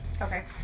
Okay